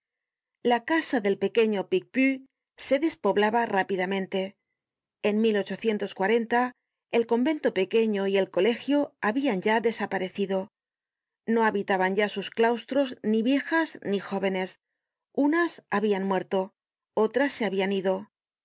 la casa del pequeño picpus se despoblaba rápidamente en el convento pequeño y el colegio habian ya desaparecido no habitaban ya sus claustros ni viejas ni jóvenes unas habian muerto otras se habían ido